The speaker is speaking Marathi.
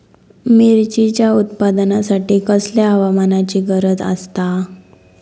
मिरचीच्या उत्पादनासाठी कसल्या हवामानाची गरज आसता?